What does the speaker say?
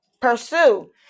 Pursue